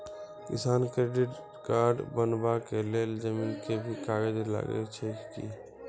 किसान credit card बनबा के लेल जमीन के भी कागज लागै छै कि?